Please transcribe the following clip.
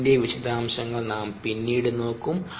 അതിന്റെ വിശദാംശങ്ങൾ നാം പിന്നീട് നോക്കും